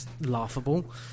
laughable